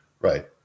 right